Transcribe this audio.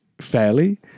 fairly